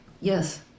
Yes